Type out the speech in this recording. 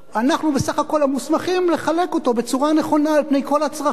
אנחנו בסך הכול המוסמכים לחלק אותו בצורה נכונה על פני כל הצרכים.